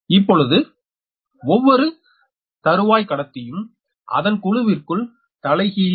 இப்பொழுது ஒவ்வொரு தறுவாய்க் கடத்தியும் அதன் குழுவிற்குள் தலைகீழி